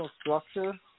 structure